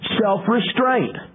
self-restraint